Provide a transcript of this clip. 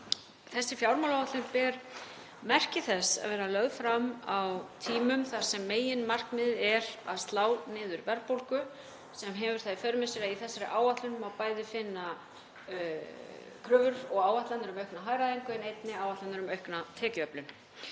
Þessi fjármálaáætlun ber merki þess að vera lögð fram á tímum þar sem meginmarkmiðið er að slá niður verðbólgu sem hefur það í för með sér að í þessari áætlun má bæði finna kröfur og áætlanir um aukna hagræðingu en einnig áætlanir um aukna tekjuöflun.